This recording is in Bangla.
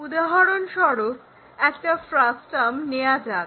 উদাহরণস্বরূপ একটা ফ্রাস্টাম নেওয়া যাক